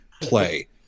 play